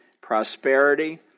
prosperity